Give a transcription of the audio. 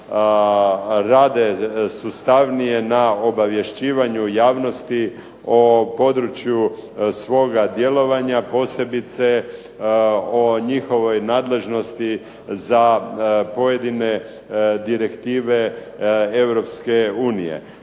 rade sustavnije na obavješćivanju javnosti o području svoga djelovanja, posebice o njihovoj nadležnosti za pojedine direktive